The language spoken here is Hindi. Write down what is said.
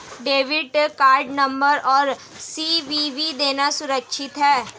डेबिट कार्ड नंबर और सी.वी.वी देना सुरक्षित है?